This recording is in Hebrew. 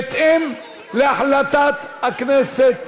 בהתאם להחלטת הכנסת,